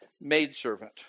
maidservant